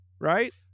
Right